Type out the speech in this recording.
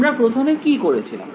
আমরা প্রথমে কি করেছিলাম